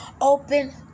open